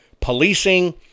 policing